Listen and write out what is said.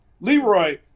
Leroy